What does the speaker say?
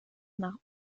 nach